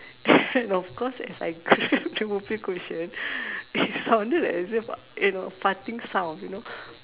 of course as I grab the Whoopee cushion it sounded like as if you know farting sound you know